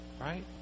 right